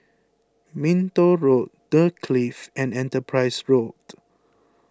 Minto Road the Clift and Enterprise Road